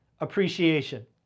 appreciation